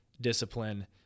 discipline